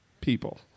people